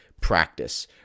practice